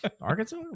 Arkansas